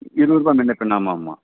இருபதுருபா முன்னபின்ன ஆமாம் ஆமாம்